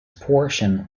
portion